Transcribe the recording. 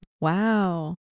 wow